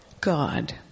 God